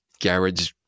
garage